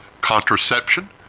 contraception